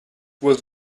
was